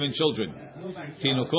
children